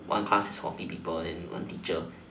one class is forty people and then one teacher